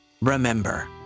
remember